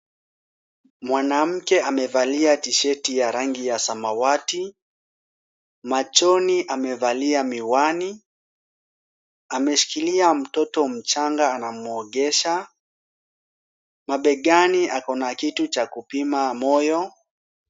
Mwanamke amevalia t-sheti ya rangi ya samawati. Machoni amevalia miwani. Ameshikilia mtoto mchanga anamwogesha. Mabegani ako na kitu cha kupima moyo.